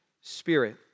Spirit